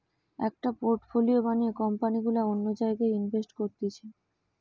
একটা পোর্টফোলিও বানিয়ে কোম্পানি গুলা অন্য জায়গায় ইনভেস্ট করতিছে